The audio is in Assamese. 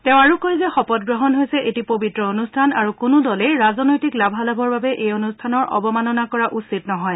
তেওঁ আৰু কয় যে শপত গ্ৰহণ হৈছে এটি পবিত্ৰ অনুষ্ঠান আৰু কোনো দলেই ৰাজনৈতিক লাভালাভৰ বাবে এই অনুষ্ঠানৰ অৱমাননা কৰা উচিত নহয়